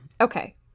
Okay